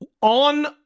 On